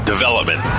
Development